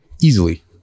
easily